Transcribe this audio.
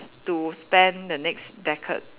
to spend the next decade